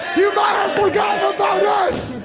you might have forgotten about us,